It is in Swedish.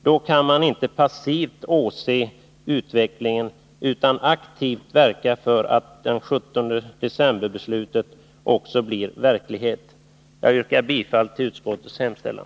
Då kan ni inte passivt åse utvecklingen utan måste aktivt verka för att beslutet av den 17 december också blir verklighet. Jag yrkar bifall till utskottets hemställan.